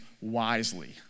wisely